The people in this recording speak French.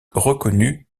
reconnu